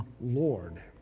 Lord